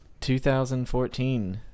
2014